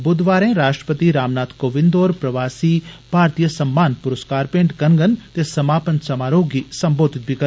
बुधवारे राश्ट्रपति रामनाथ कोविन्द होर प्रवासी भारतीय सम्मान पुरुस्कार भेंट करगंन ते समापन समारोह गी सम्बोधित बी करगंन